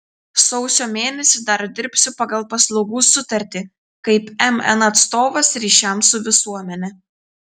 sausio mėnesį dar dirbsiu pagal paslaugų sutartį kaip mn atstovas ryšiams su visuomene